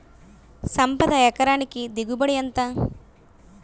సంపద ఎకరానికి దిగుబడి ఎంత?